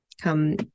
come